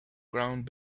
ground